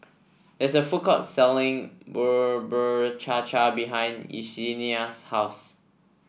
there is a food court selling Bubur Cha Cha behind Yesenia's house